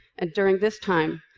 and during this time,